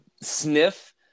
sniff